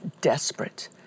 desperate